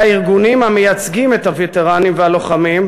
הארגונים המייצגים את הווטרנים והלוחמים,